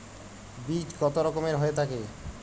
বীজ কত রকমের হয়ে থাকে?